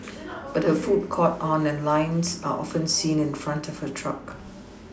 but her food caught on and lines are often seen in front of her truck